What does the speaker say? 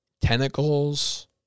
Tentacles